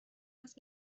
است